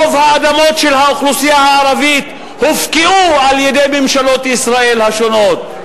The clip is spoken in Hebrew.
רוב האדמות של האוכלוסייה הערבית הופקעו על-ידי ממשלות ישראל השונות.